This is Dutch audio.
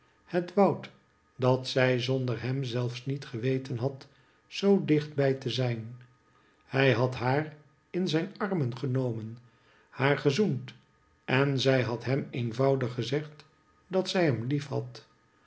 het woud dat zij zonder hem zelfs niet geweten had zoo dichtbij te zijn hij had haar in zijn armen genomen haar gezoend en zij had hem eenvoudig gezegd dat zij hem